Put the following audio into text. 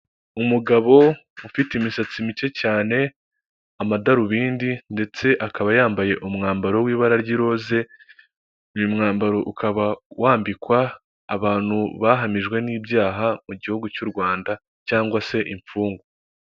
Umugabo ufite imisatsi mike cyane ,amadarubindi ndetse akaba yambaye umwambaro w'ibara ry'iroza .Uyu mwambaro ukaba wambikwa abantu bahamijwe n'ibyaha mu gihugu cy'u Rwanda cyangwa se imfungwa.